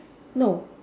no